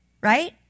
right